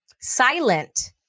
silent